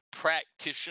practitioner